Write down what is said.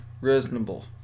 Reasonable